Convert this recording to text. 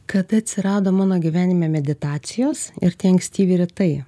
kada atsirado mano gyvenime meditacijos ir tie ankstyvi rytai